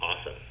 awesome